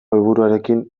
helburuarekin